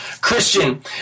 Christian